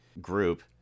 group